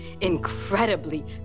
incredibly